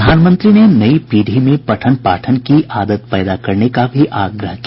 प्रधानमंत्री ने नई पीढ़ी में पठन पाठन की आदत पैदा करने का भी आग्रह किया